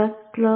buck close